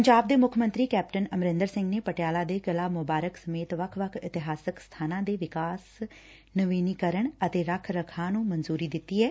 ਪੰਜਾਬ ਦੇ ਮੁੱਖ ਮੰਤਰੀ ਕੈਪਟਨ ਅਮਰਿੰਦਰ ਸਿੰਘ ਨੇ ਪਟਿਆਲਾ ਦੇ ਕਿਲ੍ਹਾ ਮੁਬਾਰਕ ਸਮੇਤ ਵੱਖ ਵੱਖ ਇਤਿਹਾਸਕ ਸਬਾਨਾਂ ਦੇ ਵਿਕਾਸ ਨਵੀਨੀਕਰਨ ਅਤੇ ਰੱਖ ਰਖਾਅ ਨੂੰ ਮਨਜੁਰੀ ਦਿੱਤੀ ਐ